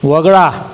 वगळा